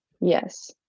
Yes